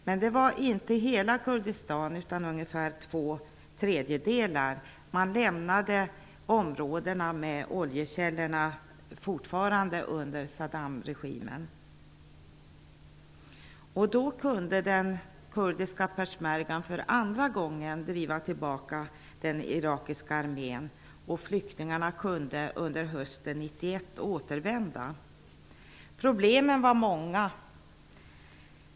Men det handlade inte om hela Kurdistan utan om ungefär två tredjedelar. Områdena med oljekällorna skulle fortfarande kontrolleras av Saddamregimen. Då kunde den kurdiska persmergan för andra gången driva tillbaka den irakiska armén, och flyktingarna kunde återvända under hösten 1991. Problemen var många.